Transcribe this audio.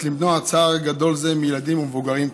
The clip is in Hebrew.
למנוע צער גדול זה מילדים ומבוגרים כאחד.